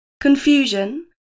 confusion